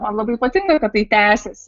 man labai patinka kad tai tęsiasi